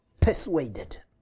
persuaded